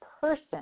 person